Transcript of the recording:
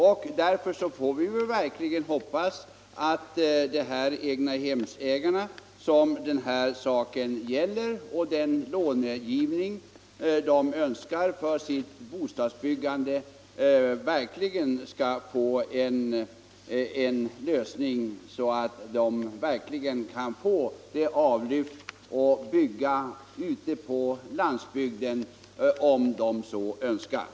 Vi får alltså hoppas att de egnahemsägare som den här saken gäller verkligen skall få den långivning de önskar för sitt bostadsbyggande, så att de kan få avlyft och bygga ute på landsbygden om de så vill.